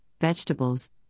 vegetables